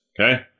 Okay